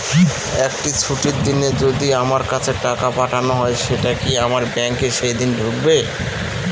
একটি ছুটির দিনে যদি আমার কাছে টাকা পাঠানো হয় সেটা কি আমার ব্যাংকে সেইদিন ঢুকবে?